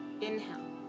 Inhale